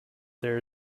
there